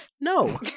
no